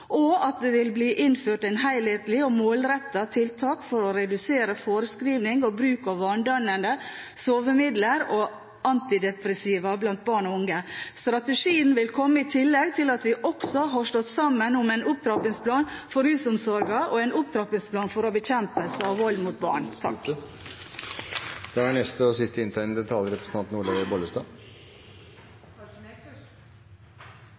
og at det vil bli innført helhetlige og målrettede tiltak for å redusere forskrivning og bruk av vanedannende sovemidler og antidepressiva blant barn og unge. Strategien vil komme i tillegg til at vi også har stått sammen om en opptrappingsplan for rusomsorgen og en opptrappingsplan for bekjempelse av vold mot barn. En overordnet strategiplan som er tverrsektoriell, skal ende ut i en prioriterings- og